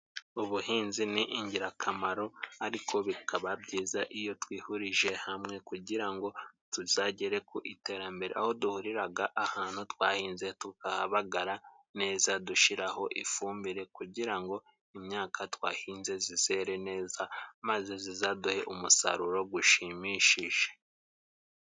Ubuhinzi ni ingirakamaro ariko bikaba byiza iyo twihurije hamwe kugira ngo tuzagere ku iterambere, aho duhuriraga ahantu twahinze tukahabagara neza dushiraho ifumbire, kugira ngo imyaka twahinze zizere neza, maze zizaduhe umusaruro gushimishije.